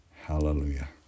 Hallelujah